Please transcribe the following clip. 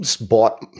bought